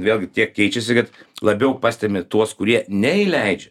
vėlgi tiek keičiasi kad labiau pastebi tuos kurie neįleidžia